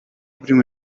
prima